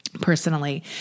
personally